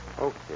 Okay